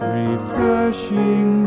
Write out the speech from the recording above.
refreshing